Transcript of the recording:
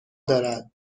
دارد